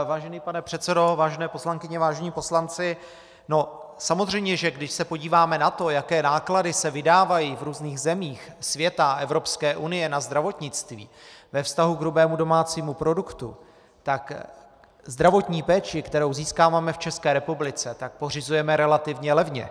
Vážený pane předsedo, vážené poslankyně, vážení poslanci, samozřejmě, když se podíváme na to, jaké náklady se vydávají v různých zemích světa a Evropské unie na zdravotnictví ve vztahu k hrubému domácímu produktu, tak zdravotní péči, kterou získáváme v České republice, pořizujeme relativně levně.